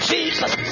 Jesus